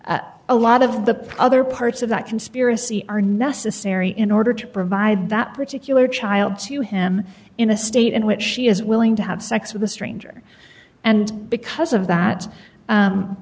said a lot of the prothero parts of that conspiracy are necessary in order to provide that particular child to him in a state in which she is willing to have sex with a stranger and because of that